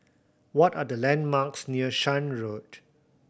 what are the landmarks near Shan Road